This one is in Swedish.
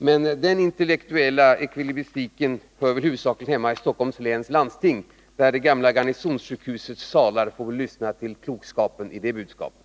Men den intellektuella ekvilibristiken hör väl huvudsakligen hemma i Stockholms läns landsting, där det gamla garnisonssjukhusets salar får lyssna till klokskapen i det budskapet.